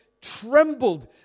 trembled